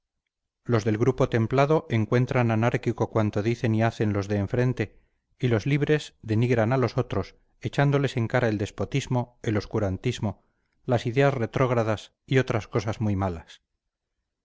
los del grupo templado encuentran anárquico cuanto dicen y hacen los de enfrente y los libres denigran a los otros echándoles en cara el despotismo el obscurantismo las ideas retrógradas y otras cosas muy malas